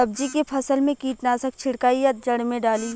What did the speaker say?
सब्जी के फसल मे कीटनाशक छिड़काई या जड़ मे डाली?